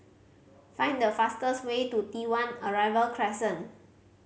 find the fastest way to T One Arrival Crescent